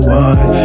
one